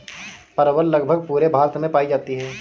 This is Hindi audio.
परवल लगभग पूरे भारत में पाई जाती है